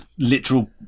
literal